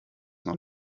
noch